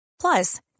Plus